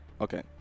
Okay